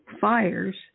fires